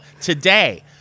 today